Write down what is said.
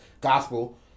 gospel